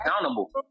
accountable